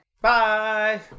Bye